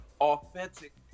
authentic